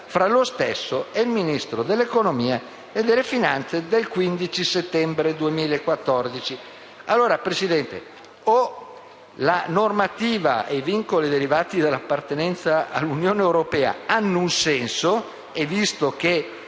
tra lo stesso e il Ministro dell'economia e delle finanze del 15 settembre 2014. Presidente, se la normativa e i vincoli derivanti dall'appartenenza all'Unione Europea hanno un senso, visto che